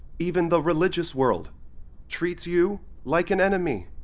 even the religious world treats you like an enemy,